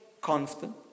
Constant